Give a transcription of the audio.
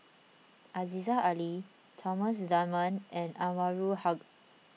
Aziza Ali Thomas Dunman and Anwarul Haque